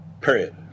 Period